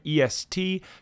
EST